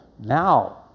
now